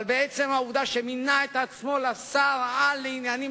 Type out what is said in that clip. אבל בעובדה שמינה את עצמו לשר-על לעניינים